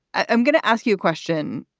i'm going to ask you a question.